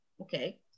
Okay